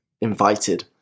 invited